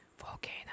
Volcano